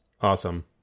Awesome